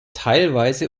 teilweise